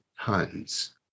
tons